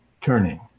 turning